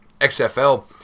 XFL